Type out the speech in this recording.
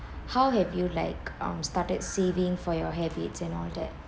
how have you like um started saving for your habits and all that